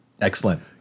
Excellent